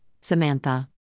Samantha